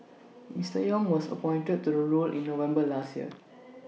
Mister Yong was appointed to the role in November last year